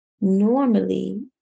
normally